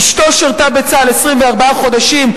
אשתו שירתה בצה"ל 24 חודשים.